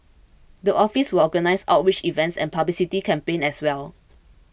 the office will organise outreach events and publicity campaigns as well